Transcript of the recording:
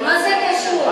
לא, הוא היה אימאם, או,